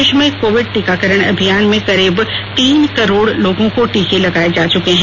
देश में कोविड टीकाकरण अभियान में करीब तीन करोड लोगों को टीके लगाए जा चुके हैं